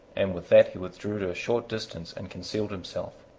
and with that he withdrew to a short distance and concealed himself.